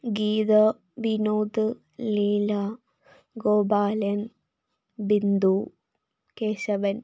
Geetha Vinod Leela Gopalan Bindu Keshavan